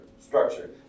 structure